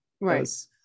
Right